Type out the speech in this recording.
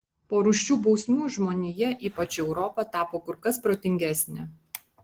po rūsčių bausmių žmonija ypač europa tapo kur kas protingesnė